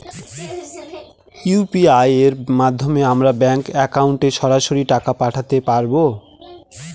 UPI এর মাধ্যমে আমরা ব্যাঙ্ক একাউন্টে সরাসরি টাকা পাঠাতে পারবো?